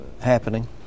happening